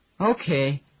Okay